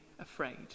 afraid